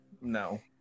No